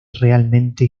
realmente